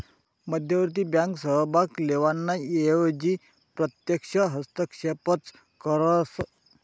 मध्यवर्ती बँक सहभाग लेवाना एवजी प्रत्यक्ष हस्तक्षेपच करस